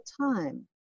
time